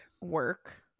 work